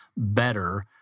better